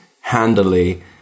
handily